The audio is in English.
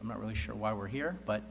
i'm not really sure why we're here but